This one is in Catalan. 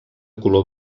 color